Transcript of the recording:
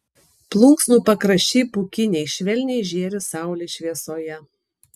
plunksnų pakraščiai pūkiniai švelniai žėri saulės šviesoje